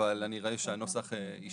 אבל אני רואה שהנוסח השתנה.